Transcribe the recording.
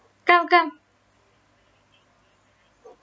come come